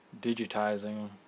digitizing